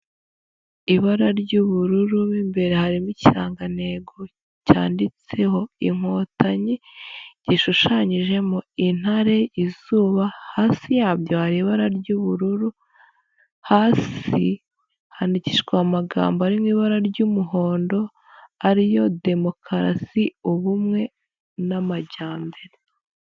Ibara ry'ubururu mo imbere harimo ikirangantego cyanditseho Inkotanyi, gishushanyijemo intare, izuba, hasi yabyo hari ibara ry'ubururu, hasi handikishijwe amagambo ari mu ibara ry'umuhondo ari yo: demokarasi, ubumwe n'amajyambere.